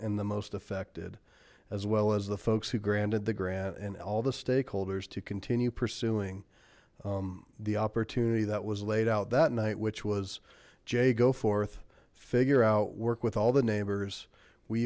and the most affected as well as the folks who granted the grant and all the stakeholders to continue pursuing the opportunity that was laid out that night which was jay go forth figure out work with all the neighbors we